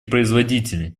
производители